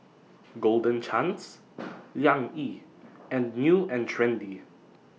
Golden Chance Liang Yi and New and Trendy